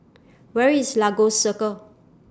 Where IS Lagos Circle